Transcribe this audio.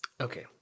Okay